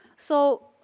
so,